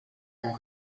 ont